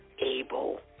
able